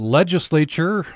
legislature